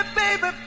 baby